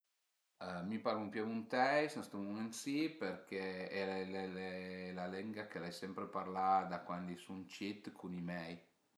Mi parlu ën piemunteis ën stu mument si perché al e la lenga chë l'ai sempre parlà da cuandi i sun cit cun i mei